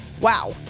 Wow